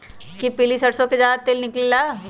कि पीली सरसों से ज्यादा तेल निकले ला?